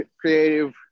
creative